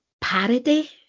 parody